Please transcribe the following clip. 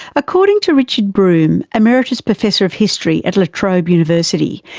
according to richard broome, emeritus professor of history at la trobe university,